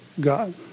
God